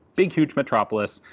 big, huge metropolis,